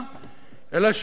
אלא שיותר מזה,